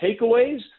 takeaways